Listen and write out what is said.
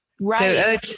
Right